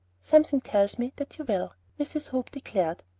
something tells me that you will, mrs. hope declared.